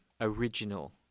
original